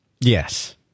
Yes